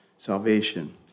Salvation